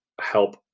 help